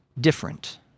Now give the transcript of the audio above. different